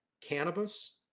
cannabis